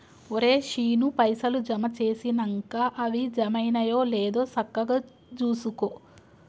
ఒరే శీనూ, పైసలు జమ జేసినంక అవి జమైనయో లేదో సక్కగ జూసుకో